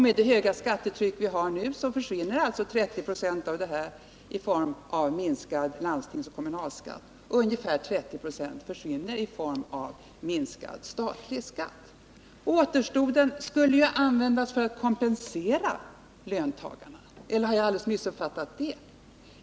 Med det höga skattetryck vi har nu försvinner alltså 30 26 i form av minskad landstingsoch kommunalskatt och ungefär 30 26 i form av minskad statsskatt. Återstoden skulle användas för att kompensera löntagarna — eller har jag alldeles missuppfattat det?